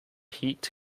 heat